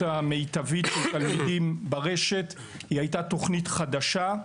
המיטבית לתלמידים ברשת הייתה תוכנית חדשה.